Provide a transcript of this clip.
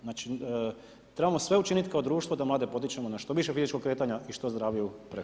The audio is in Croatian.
Znači, trebamo sve učiniti kao društvo da mlade potičemo na što više fizičkog kretanja i što zdraviju prehranu.